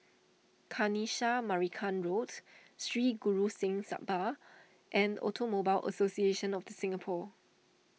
Kanisha Marican Road Sri Guru Singh Sabha and Automobile Association of the Singapore